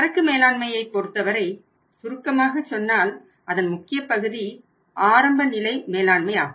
சரக்கு மேலாண்மையை பொறுத்தவரை சுருக்கமாக சொன்னால் அதன் முக்கிய பகுதி ஆரம்ப நிலை மேலாண்மை ஆகும்